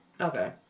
okay